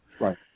Right